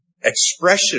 expression